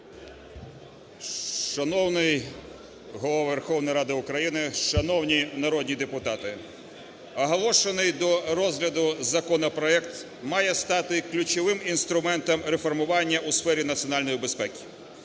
Шановний Голово Верховної Ради України! Шановні народні депутати! Оголошений до розгляду законопроект має стати ключовим інструментом реформування у сфері національної безпеки.